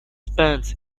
spans